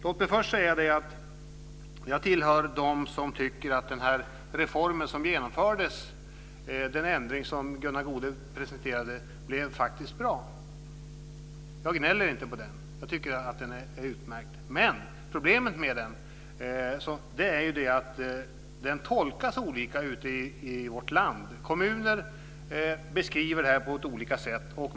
Låt mig säga att jag tillhör dem som tycker att den reform som genomfördes och den ändring som Gunnar Goude presenterade faktiskt blev bra. Jag gnäller inte på den. Jag tycker att den är utmärkt. Men problemet med den är att den tolkas olika ute i vårt land. Kommuner beskriver detta på lite olika sätt.